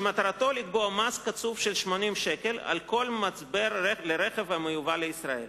שמטרתו לקבוע מס קצוב של 80 שקלים על כל מצבר לרכב המיובא לישראל.